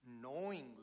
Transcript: knowingly